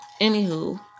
Anywho